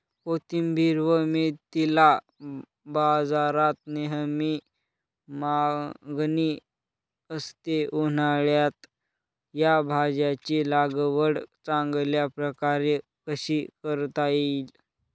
कोथिंबिर व मेथीला बाजारात नेहमी मागणी असते, उन्हाळ्यात या भाज्यांची लागवड चांगल्या प्रकारे कशी करता येईल?